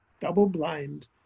double-blind